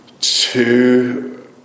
two